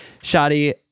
Shadi